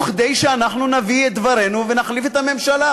וכדי שאנחנו נביא את דברנו ונחליף את הממשלה.